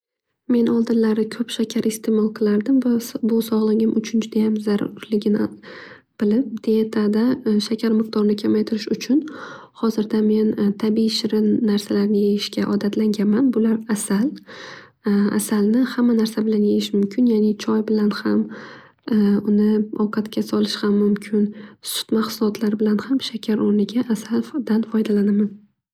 Men oldinlari ko'p shakar istemol qilardim bu sog'ligim uchun judayam zararligini bilib dietada shakar miqdorini kamaytirish uchun hozirda men tabiiy shirin narsalarni yeyishga odatlanganman. Bular asal, asalni hamma narsa bilan yeyish mumkin ya'ni choy bilan ham uni ovqatga solish ham mumkin. Sut mahsulotlari bilan ham shakar o'rniga asaldan foydalanaman.